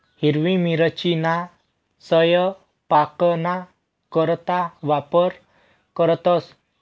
हिरवी मिरचीना सयपाकना करता वापर करतंस